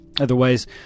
Otherwise